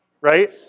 right